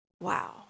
Wow